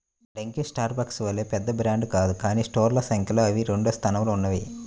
Dunkin Starbucks వలె పెద్ద brand కాదు కానీ స్టోర్ల సంఖ్యలో అవి రెండవ స్థానంలో ఉన్నాయి